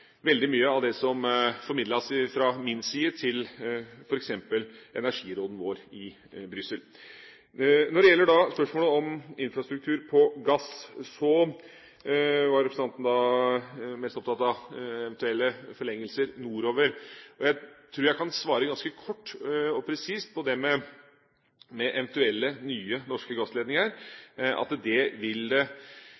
veldig mye av det som formidles fra min side til f.eks. energiråden vår i Brussel. Når det gjelder spørsmålet om infrastrukturen til gass, var representanten mest opptatt av eventuelle forlengelser nordover. Jeg tror jeg kan svare ganske kort og presist når det gjelder eventuelle nye norske gassledninger: